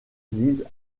églises